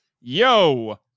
Yo